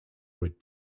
would